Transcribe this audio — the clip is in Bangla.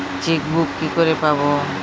চেকবুক কি করে পাবো?